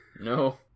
No